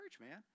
man